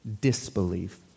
disbelief